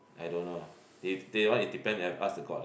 I don't know they that one it depend have to ask the god lah